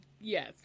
Yes